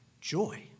joy